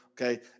Okay